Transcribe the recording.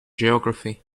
geography